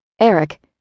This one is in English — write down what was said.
Eric